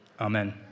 Amen